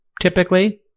Typically